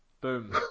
boom